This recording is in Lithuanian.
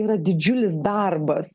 yra didžiulis darbas